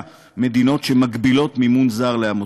מדינות שמגבילות מימון זר לעמותות.